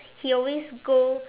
he always go